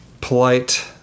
polite